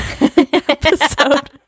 episode